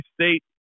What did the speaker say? State